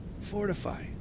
Fortify